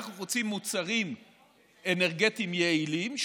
אנחנו רוצים מוצרים אנרגטיים יעילים,